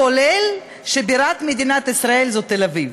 למשל, שבירת מדינת ישראל היא תל-אביב.